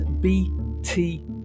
bt